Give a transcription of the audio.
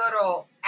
little